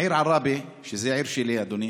העיר עראבה, שזאת העיר שלי, אדוני,